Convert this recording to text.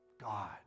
God